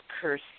Curse